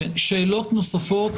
שאלות נוספות